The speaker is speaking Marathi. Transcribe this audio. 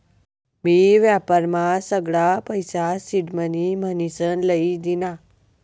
मी व्यापारमा सगळा पैसा सिडमनी म्हनीसन लई दीना